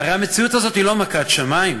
הרי המציאות הזאת היא לא מכת שמים.